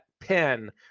pen